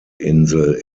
insel